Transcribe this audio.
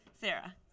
Sarah